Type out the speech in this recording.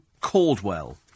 Caldwell